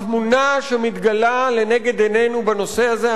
התמונה שמתגלה לנגד עינינו בנושא הזה,